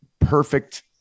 perfect